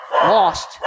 lost